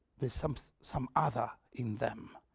there's some so some other in them.